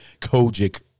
Kojic